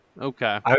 Okay